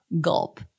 gulp